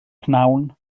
pnawn